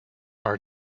are